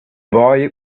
boy